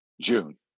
June